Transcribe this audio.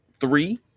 three